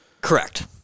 Correct